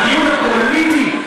והדיון הפוליטי,